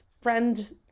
friend